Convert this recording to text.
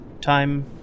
time